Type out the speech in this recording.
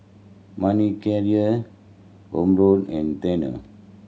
Manicare Omron and Tena